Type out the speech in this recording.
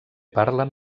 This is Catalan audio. parlen